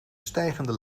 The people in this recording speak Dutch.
stijgende